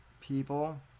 people